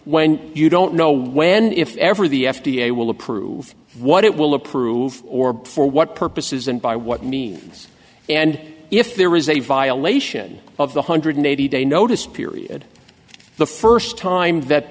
when you don't know when if ever the f d a will approve what it will approve or for what purposes and by what means and if there is a violation of the hundred eighty day notice period the first time that